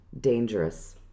dangerous